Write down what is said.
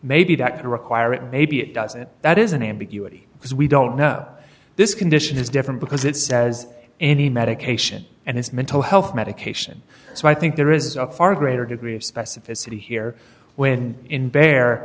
maybe that require it maybe it does and that is an ambiguity because we don't know this condition is different because it says any medication and his mental health medication so i think there is a far greater degree of specificity here when in bar